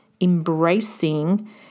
embracing